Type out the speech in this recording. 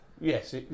yes